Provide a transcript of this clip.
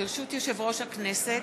ברשות יושב-ראש הכנסת,